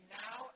now